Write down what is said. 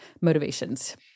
motivations